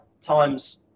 times